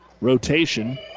rotation